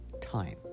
time